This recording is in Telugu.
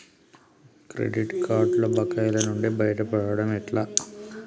క్రెడిట్ కార్డుల బకాయిల నుండి బయటపడటం ఎట్లా?